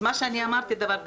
אז מה שאמרתי זה דבר כזה,